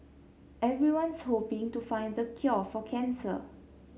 everyone's hoping to find the cure for cancer